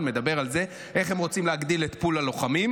מדבר על איך הם רוצים להגדיל את פול הלוחמים,